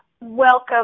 Welcome